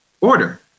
order